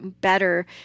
better